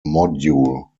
module